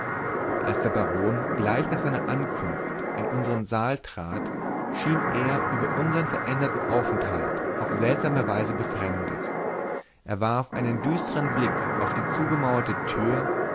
als der baron gleich nach seiner ankunft in unsern saal trat schien er über unsern veränderten aufenthalt auf seltsame weise befremdet er warf einen düstern blick auf die zugemauerte tür